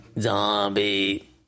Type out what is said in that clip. Zombie